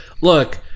look